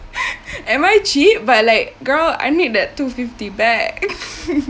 am I cheap but like girl I need that two fifty back